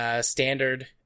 standard